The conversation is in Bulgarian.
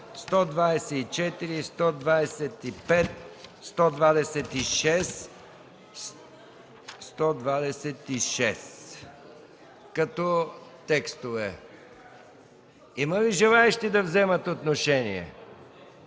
124, 125 и 126 като текстове. Има ли желаещи да вземат отношение?